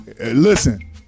Listen